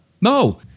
No